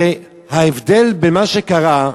הרי ההבדל במה שקרה,